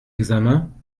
examens